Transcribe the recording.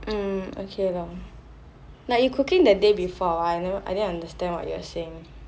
mm okay lor like you cooking the day before or what I never I didn't understand what you were saying